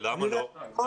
למה לא?